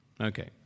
Okay